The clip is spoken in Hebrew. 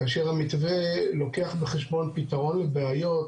כאשר המתווה לוקח בחשבון פתרון בעיות,